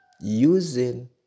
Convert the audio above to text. using